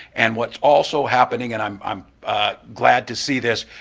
and what's also happening and i'm i'm glad to see this,